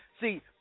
see